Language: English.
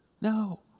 No